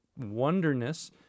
Wonderness